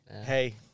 Hey